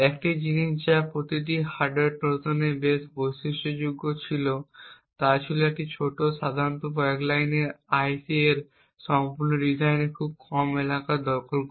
একটি জিনিস যা প্রতিটি হার্ডওয়্যার ট্রোজানের বেশ বৈশিষ্ট্যযুক্ত ছিল তা হল এটি ছোট সাধারণত কয়েকটি লাইন কোড IC এর সম্পূর্ণ ডিজাইনে খুব কম এলাকা দখল করে